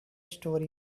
story